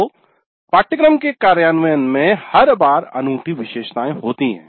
तो पाठ्यक्रम के कार्यान्वयन में हर बार अनूठी विशेषताएं होती हैं